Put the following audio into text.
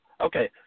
Okay